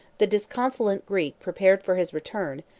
the disconsolate greek prepared for his return,